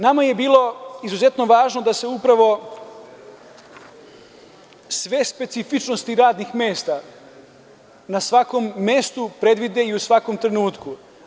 Nama je bilo izuzetno važno da se upravo sve specifičnosti radnih mesta na svakom mestu predvide i u svakom trenutku.